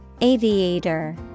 Aviator